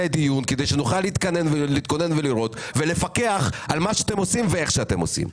הדיון כדי שנוכל להתכונן ולראות ולפקח על מה שאתם עושים ואיך אתם עושים.